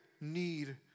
need